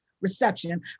reception